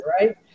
right